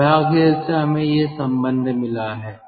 सौभाग्य से हमें यह संबंध मिल गया है